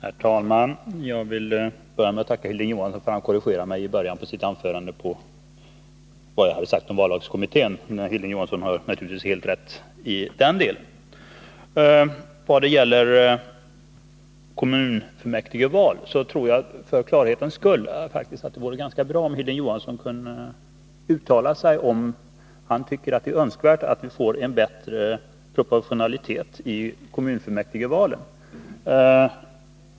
Herr talman! Jag vill börja med att tacka Hilding Johansson för att han korrigerade mig i fråga om vad jag sagt om vallagskommittén. Hilding Johansson har naturligtvis helt rätt i den delen. För klarhetens skull tror jag faktiskt att det vore ganska bra om Hilding Johansson kunde uttala sig i frågan om han tycker att det är önskvärt att vi får en bättre proportionalitet i kommunfullmäktigevalen.